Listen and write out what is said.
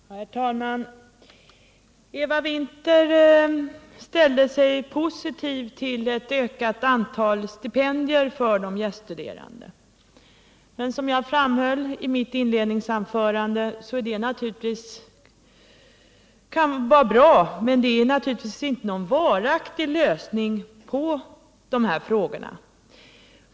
Herr talman! Eva Winther ställde sig positiv till ett ökat antal stipendier för de gäststuderande. Det kan naturligtvis vara bra, men som jag framhöll i mitt inledningsanförande ger det inte någon varaktig lösning av dessa frågor.